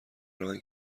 راهن